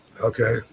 Okay